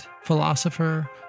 philosopher